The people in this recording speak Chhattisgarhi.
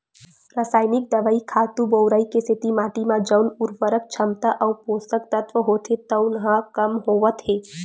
रसइनिक दवई, खातू बउरई के सेती माटी म जउन उरवरक छमता अउ पोसक तत्व होथे तउन ह कम होवत हे